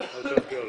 בצבא.